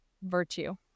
virtue